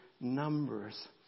numbers